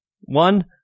one